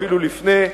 אפילו לפני,